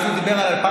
אז הוא דיבר על 2008,